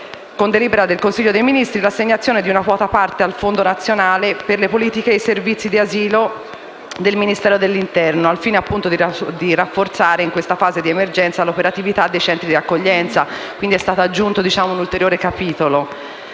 con delibera del Consiglio dei Ministri, è stata prevista l'assegnazione di una quota parte al Fondo nazionale per le politiche e i servizi di asilo del Ministero dell'interno, al fine di rafforzare, in questa fase di emergenza, l'operatività dei centri di accoglienza. Quindi è stato aggiunto un ulteriore capitolo.